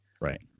Right